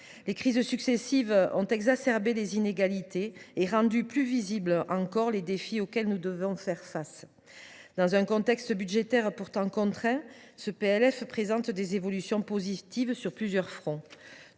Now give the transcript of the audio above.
Les crises successives ont exacerbé les inégalités et rendu plus visibles encore les défis auxquels nous devons faire face. Dans un contexte budgétaire pourtant contraint, ce projet de loi de finances se caractérise